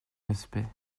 respect